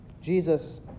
Jesus